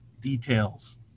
details